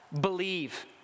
Believe